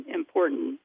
important